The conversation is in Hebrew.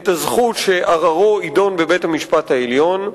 את הזכות שעררו יידון בבית-המשפט העליון,